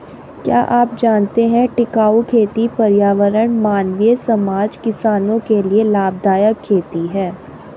क्या आप जानते है टिकाऊ खेती पर्यावरण, मानवीय समाज, किसानो के लिए लाभदायक खेती है?